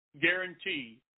guarantee